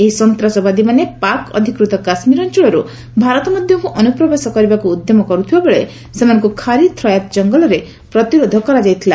ଏହି ସନ୍ତାସବାଦୀମାନେ ପାକ୍ ଅଧିକୃତ କାଶ୍ମୀର ଅଞ୍ଚଳରୁ ଭାରତ ମଧ୍ୟକୁ ଅନୁପ୍ରବେଶ କରିବାକୁ ଉଦ୍ୟମ କରୁଥିବା ବେଳେ ସେମାନଙ୍କୁ ଖାରି ଥ୍ରୟାତ୍ ଜଙ୍ଗଲରେ ପ୍ରତିରୋଧ କରାଯାଇଥିଲା